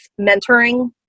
mentoring